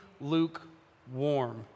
lukewarm